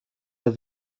der